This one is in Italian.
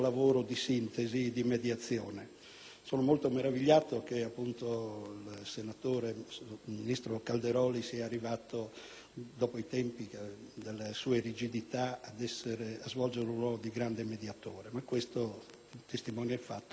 Sono molto meravigliato che il ministro Calderoli sia arrivato, dopo i tempi delle sue rigidità, a svolgere un ruolo di grande mediatore, ma questo testimonia il fatto che i tempi cambiano profondamente.